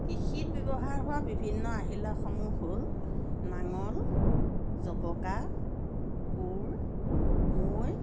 কৃষিত ব্যৱহাৰ হোৱা বিভিন্ন আহিলাসমূহ হ'ল নাঙল জবকা কোৰ মৈ